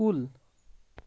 کُل